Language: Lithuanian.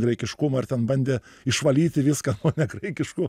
graikiškumą ir ten bandė išvalyti viską o ne graikišku